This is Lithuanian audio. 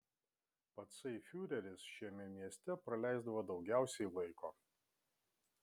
patsai fiureris šiame mieste praleisdavo daugiausiai laiko